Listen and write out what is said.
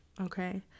okay